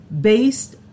based